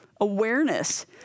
awareness